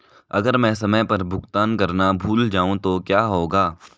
अगर मैं समय पर भुगतान करना भूल जाऊं तो क्या होगा?